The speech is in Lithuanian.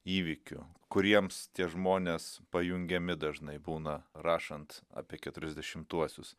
įvykių kuriems tie žmonės pajungiami dažnai būna rašant apie keturiasdešimtuosius